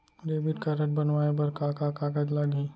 Debit card बनवाये बर का का कागज लागही?